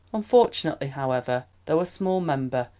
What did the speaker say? unfortunately, however, though a small member,